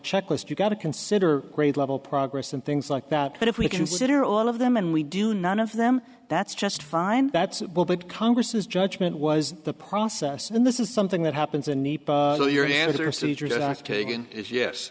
checklist you've got to consider grade level progress and things like that but if we consider all of them and we do none of them that's just fine that's the big congress's judgment was the process and this is something that happens in